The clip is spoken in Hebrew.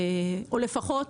או לפחות,